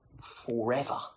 forever